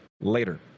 Later